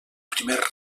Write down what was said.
primer